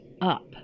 up